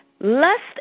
lust